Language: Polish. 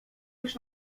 już